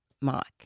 Mark